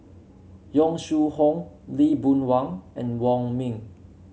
Yong Shu Hoong Lee Boon Wang and Wong Ming